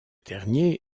dernier